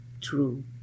true